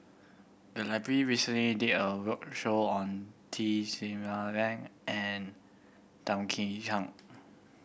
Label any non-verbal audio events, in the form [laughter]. the library recently did a roadshow on T [unintelligible] and Tan Kim Tian